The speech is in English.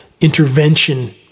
intervention